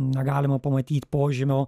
negalima pamatyt požymio